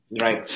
Right